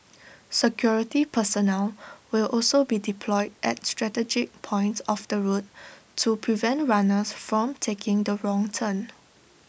security personnel will also be deployed at strategic points of the route to prevent runners from taking the wrong turn